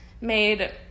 Made